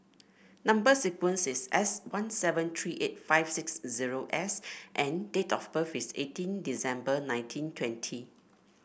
number sequence is S one seven three eight five six zero S and date of birth is eighteen December nineteen twenty